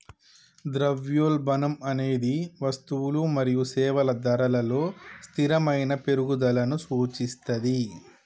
ద్రవ్యోల్బణం అనేది వస్తువులు మరియు సేవల ధరలలో స్థిరమైన పెరుగుదలను సూచిస్తది